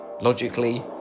logically